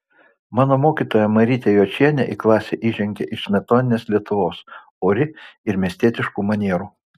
mano mokytoja marytė jočienė į klasę įžengė iš smetoninės lietuvos ori ir miestietiškų manierų